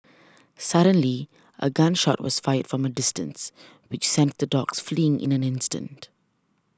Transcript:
suddenly a gun shot was fired from a distance which sent the dogs fleeing in an instant